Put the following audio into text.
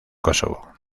kosovo